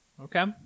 Okay